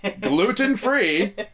gluten-free